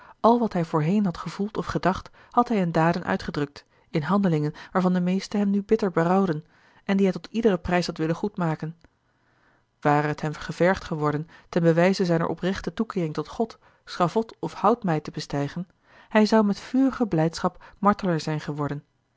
al wat hij voorheen had gevoeld of gedacht had hij in daden uitgedrukt in handelingen waarvan de meesten hem nu bitter berouwden en die hij tot iederen prijs had willen goedmaken ware het hem gevergd geworden ten bewijze zijner oprechte toekeering tot god schavot of houtmijt te bestijgen hij zou met vurige blijdschap martelaar zijn geworden